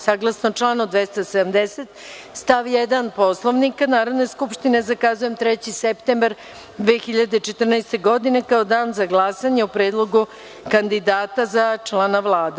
Saglasno članu 270. stav 1. Poslovnika Narodne skupštine, zakazujem 3. septembar 2014. godine kao Danza glasanje o Predlogu kandidata za člana Vlada.